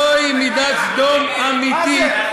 זוהי מידת סדום אמיתית.